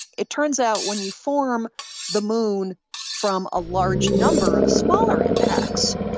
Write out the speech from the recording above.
it turns out when you form the moon from a large number of smaller impacts,